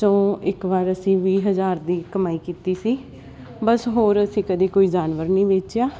ਤੋ ਇੱਕ ਵਾਰ ਅਸੀਂ ਵੀਹ ਹਜਾਰ ਦੀ ਕਮਾਈ ਕੀਤੀ ਸੀ ਬਸ ਹੋਰ ਅਸੀਂ ਕਦੇ ਕੋਈ ਜਾਨਵਰ ਨਹੀਂ ਵੇਚਿਆ